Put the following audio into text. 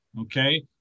okay